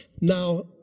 Now